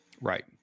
Right